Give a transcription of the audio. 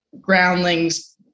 groundlings